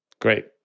Great